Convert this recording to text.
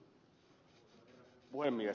herra puhemies